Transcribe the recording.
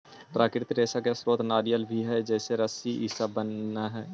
प्राकृतिक रेशा के स्रोत नारियल भी हई जेसे रस्सी इ सब बनऽ हई